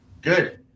good